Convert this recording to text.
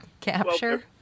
capture